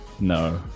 no